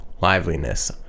liveliness